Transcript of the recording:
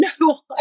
no